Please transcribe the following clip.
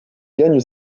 gagne